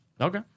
Okay